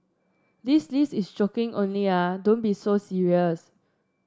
this list is joking only ah don't be so serious